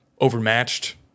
overmatched